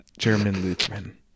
German-Lutheran